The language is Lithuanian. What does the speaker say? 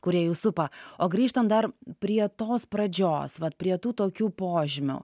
kurie jus supa o grįžtant dar prie tos pradžios vat prie tų tokių požymių